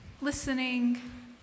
listening